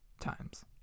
times